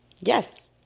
yes